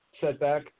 setback